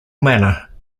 manner